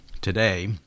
today